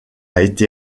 été